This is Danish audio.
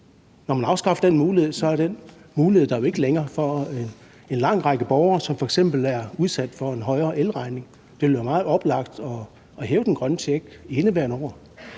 Når man afskaffer den mulighed, er den mulighed der jo ikke længere for en lang række borgere, som f.eks. er udsat for en højere elregning. Det ville være meget oplagt at hæve den grønne check i indeværende år